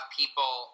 people